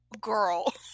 Girl